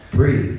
Breathe